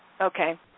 Okay